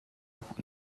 und